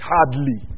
Hardly